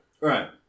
Right